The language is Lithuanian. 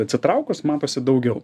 atsitraukus matosi daugiau